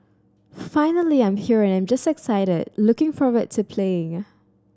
finally I'm here and I'm just excited looking forward to playing